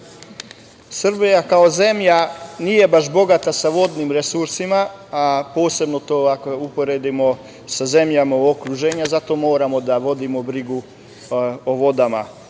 kao zemlja nije baš bogata sa vodnim resursima posebno ako uporedimo sa zemljama u okruženju zato moramo da vodimo brigu o vodama,